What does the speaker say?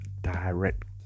direct